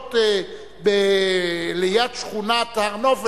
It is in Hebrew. מתחילות ליד שכונת הר-נוף,